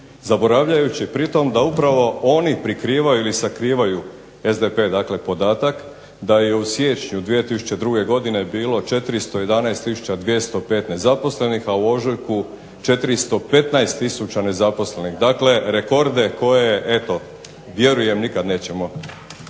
Zaboravljajući pritom da upravi oni prikrivaju ili sakrivaju, SDP dakle, podatak da je u siječnju 2002. godine bilo 411 tisuća 205 nezaposlenih, a u ožujku 415 tisuća nezaposlenih. Dakle, rekorde koje eto vjerujem nikad nećemo